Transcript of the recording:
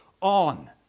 on